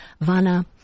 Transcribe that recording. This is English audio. Vana